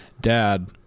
Dad